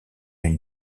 une